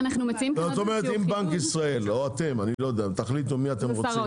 בנק ישראל או אתם, תחליטו מי אתם רוצים.